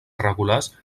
regulars